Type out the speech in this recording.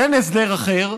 אין הסדר אחר.